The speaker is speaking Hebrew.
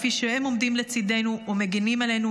כפי שהם עומדים לצידנו ומגינים עלינו.